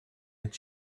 that